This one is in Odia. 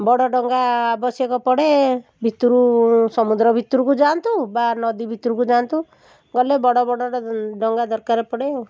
ବଡ଼ ଡଙ୍ଗା ଆବଶ୍ୟକ ପଡ଼େ ଭିତରୁ ସମୁଦ୍ର ଭିତରୁକୁ ଯାଆନ୍ତୁ ନଦୀ ଭିତରକୁ ଯାଆନ୍ତୁ ଗଲେ ବଡ଼ବଡ଼ ଟା ଡଙ୍ଗା ଦରକାର ପଡ଼େ ଆଉ